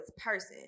person